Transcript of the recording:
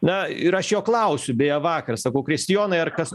na ir aš jo klausiu beje vakar sakau kristijonai ar kas